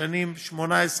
בשנת 2017,